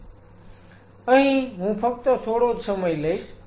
Refer Time 0907 અહીં હું ફક્ત થોડો જ સમય લઈશ